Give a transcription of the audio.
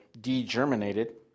degerminated